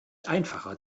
einfacher